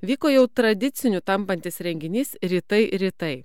vyko jau tradiciniu tampantis renginys rytai rytai